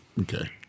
Okay